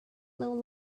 little